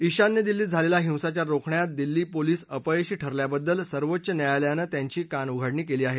ईशान्य दिल्लीत झालेला हिंसाचार रोखण्यात दिल्ली पोलीस अपयशी ठरल्याबद्दल सर्वोच्च न्यायालयानं त्यांनी कानउघाडणी केली आहे